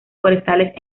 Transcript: forestales